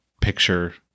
Picture